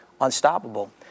unstoppable